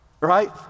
Right